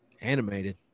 Animated